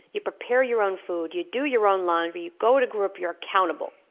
you prepare your own food, you do your own laundry, go to group you're accountable.